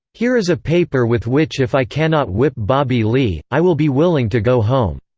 here is a paper with which if i cannot whip bobbie lee, i will be willing to go home.